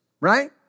Right